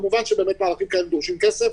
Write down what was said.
כמובן שדרוש כסף